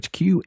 HQ